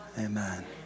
amen